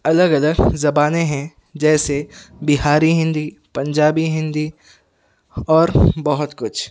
الگ الگ زبانیں ہیں جیسے بہاری ہندی پنجابی ہندی اور بہت کچھ